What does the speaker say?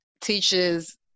teaches